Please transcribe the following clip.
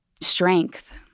strength